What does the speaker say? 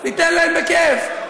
ניתן להם בכיף,